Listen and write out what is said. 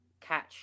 catch